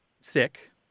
sick